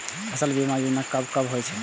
फसल बीमा योजना कब कब होय छै?